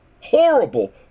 horrible